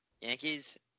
Yankees